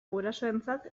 gurasoentzat